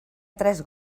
tres